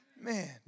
Man